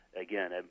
again